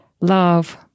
love